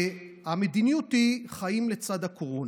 המדיניות היא חיים לצד הקורונה,